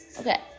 Okay